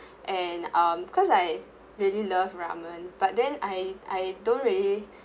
and um because I really love ramen but then I I don't really